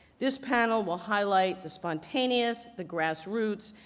this panel will highlight the spontaneous, the grass roots,